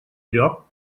lloc